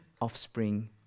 offspring